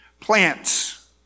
Plants